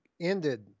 ended